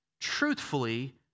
truthfully